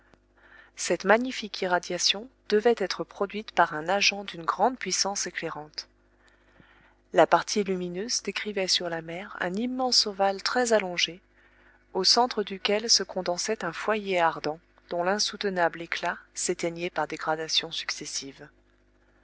cette magnifique irradiation devait être produite par un agent d'une grande puissance éclairante la partie lumineuse décrivait sur la mer un immense ovale très allongé au centre duquel se condensait un foyer ardent dont l'insoutenable éclat s'éteignait par dégradations successives